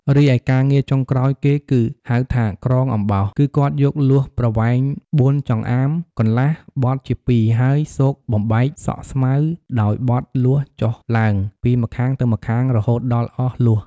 រីឯការងារ ចុងក្រោយគេគឺ ហៅថាក្រងអំបោស គឺគាត់យកលួសប្រវែង៤ចម្អាមកន្លះ បត់ជា២ហើយសូកបំបែកសក់ស្មៅដោយបត់លួសចុះឡើង ពីម្ខាងទៅម្ខាងរហូតដល់អស់លួស។